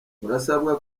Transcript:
murasabwa